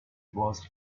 was